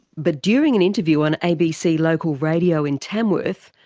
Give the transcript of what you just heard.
but during an interview on abc local radio in tamworth,